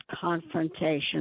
confrontation